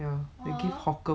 ya they give hawker